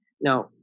Now